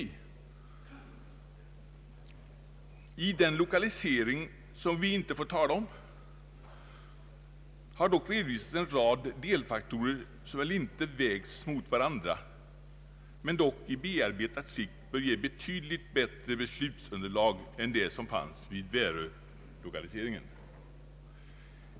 I den lokalisering som vi inte får tala om har dock redovisats en rad delfaktorer som väl inte vägts mot varandra men som i bearbetat skick bör ge betydligt bättre beslutsunderlag än det som fanns vid Värölokaliseringen.